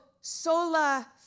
sola